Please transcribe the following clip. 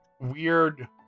weird